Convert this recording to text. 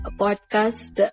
podcast